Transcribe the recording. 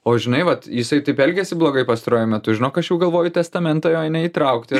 o žinai vat jisai taip elgėsi blogai pastaruoju metu žinok aš jau galvoju į testamentą jo neįtraukti